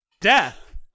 Death